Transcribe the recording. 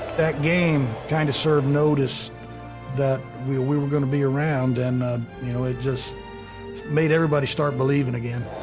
that game kind of served notice that we we were going to be around, and, you know, it just made everybody start believing again.